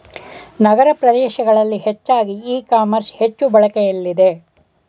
ನಗರ ಪ್ರದೇಶಗಳಲ್ಲಿ ಹೆಚ್ಚಾಗಿ e commerce ಹೆಚ್ಚು ಬಳಕೆಲಿದೆ